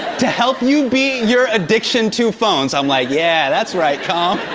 to help you beat your addiction to phones. i'm like, yeah, that's right, calm.